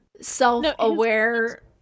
self-aware